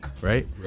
right